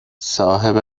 صاحب